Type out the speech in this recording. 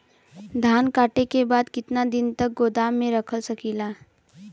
धान कांटेके बाद कितना दिन तक गोदाम में रख सकीला?